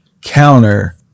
counter